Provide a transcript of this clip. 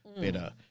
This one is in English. better